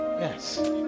Yes